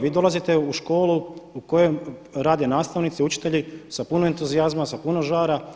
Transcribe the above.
Vi dolazite u školu u kojoj rade nastavnici, učitelji sa puno entuzijazma, sa puno žara.